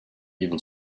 even